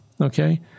Okay